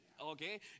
Okay